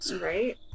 Right